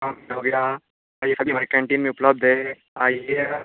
वग़ैरह हाँ यह सभी हमारी कैंटीन में उपलब्ध हैं आइए आप